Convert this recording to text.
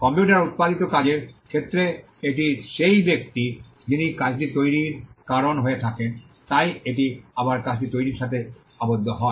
computer উত্পাদিত কাজের ক্ষেত্রে এটি সেই ব্যক্তি যিনি কাজটি তৈরির কারণ হয়ে থাকেন তাই এটি আবার কাজটি তৈরির সাথে আবদ্ধ হয়